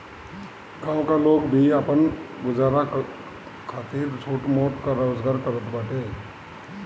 गांव का लोग भी आपन गुजारा खातिर छोट मोट रोजगार करत बाटे